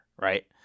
right